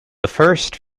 first